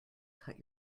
cut